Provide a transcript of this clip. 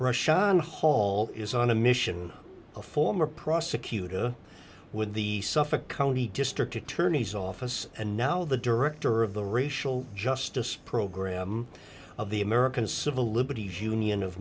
hall is on a mission a former prosecutor with the suffolk county district attorney's office and now the director of the racial justice program of the american civil liberties union of